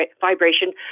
vibration